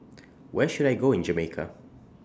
Where should I Go in Jamaica